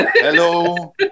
Hello